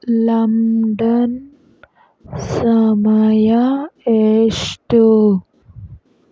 London ಸಮಯ ಎಷ್ಟು